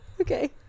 Okay